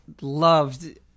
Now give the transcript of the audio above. loved